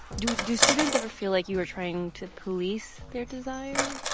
do do students ever feel like you are trying to police their desire?